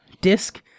disc